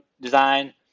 design